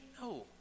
No